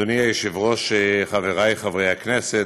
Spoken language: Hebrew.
אדוני היושב-ראש, חברי חברי הכנסת,